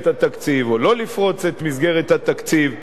התקציב או לא לפרוץ את מסגרת התקציב,